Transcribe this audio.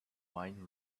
wine